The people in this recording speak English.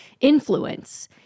influence